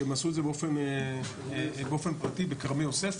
שהם עשו את זה באופן פרטי בכרמי יוסף.